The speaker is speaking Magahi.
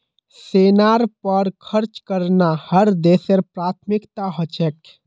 सेनार पर खर्च करना हर देशेर प्राथमिकता ह छेक